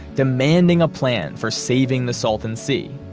demanding a plan for saving the salton sea,